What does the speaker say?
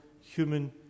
human